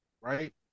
right